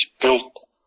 built